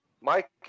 Mike